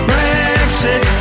Brexit